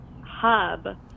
hub